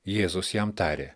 jėzus jam tarė